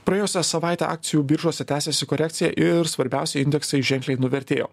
praėjusią savaitę akcijų biržose tęsėsi korekcija ir svarbiausia indeksai ženkliai nuvertėjo